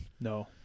No